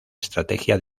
estrategia